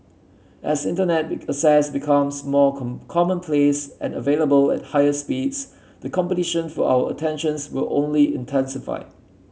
as Internet access becomes more commonplace and available at higher speeds the competition for our attentions will only intensify